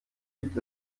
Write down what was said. gibt